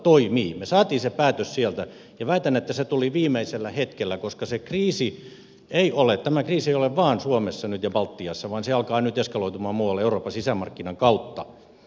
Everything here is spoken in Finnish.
me saimme sen päätöksen sieltä ja väitän että se tuli viimeisellä hetkellä koska tämä kriisi ei ole nyt vain suomessa ja baltiassa vaan se alkaa nyt eskaloitumaan muualle euroopan sisämarkkinan kautta